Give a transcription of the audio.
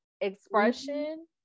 expression